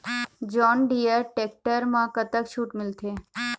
John Deere tractor म कतक छूट मिलथे?